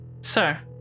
Sir